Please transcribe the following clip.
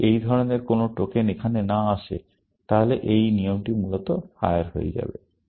যদি এই ধরনের কোন টোকেন এখানে না আসে তাহলে এই নিয়মটি মূলত ফায়ার হয়ে যাবে